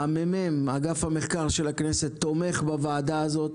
הממ"מ, אגף המחקר של הכנסת, תומך בוועדה הזאת